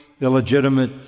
illegitimate